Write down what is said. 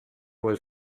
was